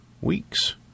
Weeks